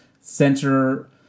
center